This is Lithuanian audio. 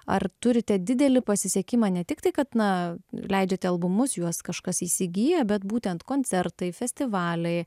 ar turite didelį pasisekimą ne tiktai kad na leidžiate albumus juos kažkas įsigyja bet būtent koncertai festivaliai